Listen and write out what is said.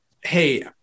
Hey